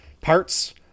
parts